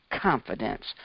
confidence